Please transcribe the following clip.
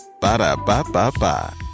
Ba-da-ba-ba-ba